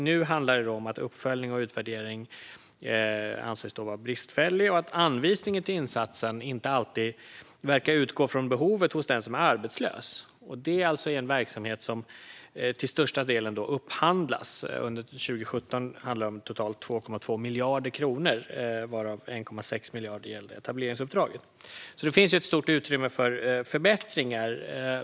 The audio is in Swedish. Nu handlar det om att uppföljning och utvärdering anses vara bristfällig och att anvisningen till insatsen inte alltid verkar utgå från behovet hos den som är arbetslös. Detta alltså i en verksamhet som till största delen upphandlas - under 2017 för totalt 2,2 miljarder kronor, varav 1,6 miljarder gällde etableringsuppdraget. Det finns alltså ett stort utrymme för förbättringar.